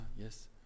Yes